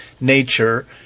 nature